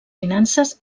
finances